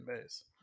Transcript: base